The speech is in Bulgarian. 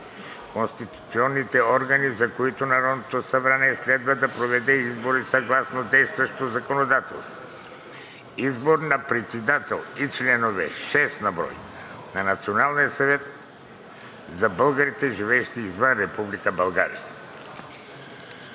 неконституционни органи, за които Народното събрание следва да проведе избори съгласно действащото законодателство. Избор на председател и членове – шест на брой, на Националния съвет за българите, живеещи извън Република България.